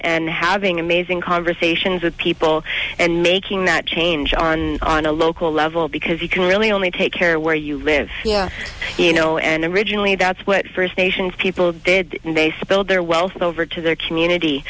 and having amazing conversations with people and making that change on on a local level because you can really only take care where you live you know and originally that's what first nations people did and they spilled their wealth over to their community